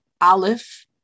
Aleph